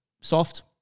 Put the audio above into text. soft